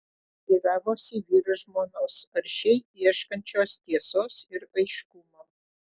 teiravosi vyras žmonos aršiai ieškančios tiesos ir aiškumo